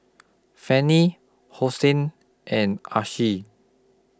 Fannie Hosea and Alcee